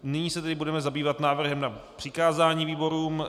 Nyní se tedy budeme zabývat návrhem na přikázání výborům.